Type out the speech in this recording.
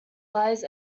lies